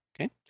okay